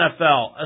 NFL